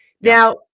Now